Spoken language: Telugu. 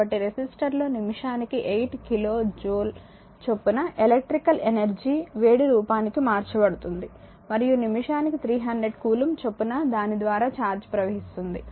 కాబట్టిరెసిస్టర్ లో నిమిషానికి 8 కిలో జూల్ చొప్పున ఎలక్ట్రికల్ ఎనర్జీ వేడి రూపానికి మార్చబడుతుంది మరియు నిమిషానికి 300 కూలుంబ్ చొప్పున దాని ద్వారా ఛార్జ్ ప్రవహిస్తుంది